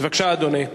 בבקשה, אדוני.